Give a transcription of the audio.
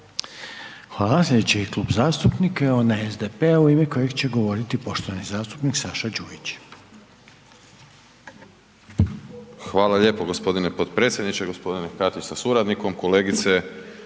Hvala. Sljedeći klub zastupnika je onaj SDP-a u ime kojeg će govoriti poštovani zastupnik Saša Đujić. **Đujić, Saša (SDP)** Hvala lijepo g. potpredsjedniče, g. Katić sa suradnikom, kolegice